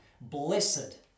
blessed